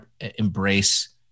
embrace